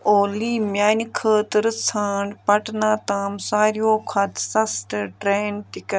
اولی میٛانہِ خٲطرٕ ژھانٛڈ پٹنا تام ساروِیو کھۄتہٕ سَستہٕ ٹرٛین ٹِکَٹ